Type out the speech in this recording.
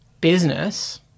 business